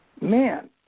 man